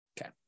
Okay